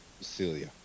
Celia